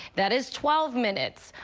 that is twelve minutes.